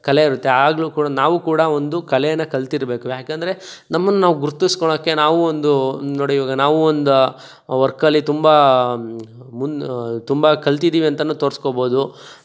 ಕಲೆ ಇರುತ್ತೆ ಆಗಲೂ ಕೂಡ ನಾವು ಕೂಡ ಒಂದು ಕಲೆಯನ್ನು ಕಲಿತಿರ್ಬೇಕು ಏಕೆಂದ್ರೆ ನಮ್ಮನ್ನು ನಾವು ಗುರ್ತಿಸ್ಕೊಳ್ಳೋಕೆ ನಾವು ಒಂದು ನೋಡಿ ಇವಾಗ ನಾವು ಒಂದು ವರ್ಕಲ್ಲಿ ತುಂಬ ಮುನ್ನ ತುಂಬ ಕಲಿತಿದ್ದೀವಿ ಅಂತಲೂ ತೋರಿಸ್ಕೋಬೋದು